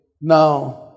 Now